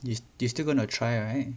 you still you still gonna try right